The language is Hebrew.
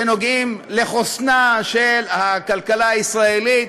שנוגעים לחוסנה של הכלכלה הישראלית,